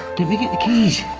let me get the keys.